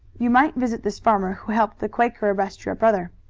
you might visit this farmer who helped the quaker arrest your brother.